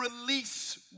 release